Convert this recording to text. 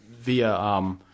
via